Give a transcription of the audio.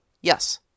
Yes